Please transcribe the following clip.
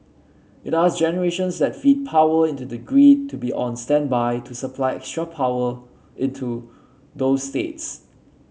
it asked generations that feed power into the grid to be on standby to supply extra power into those states